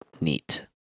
neat